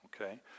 Okay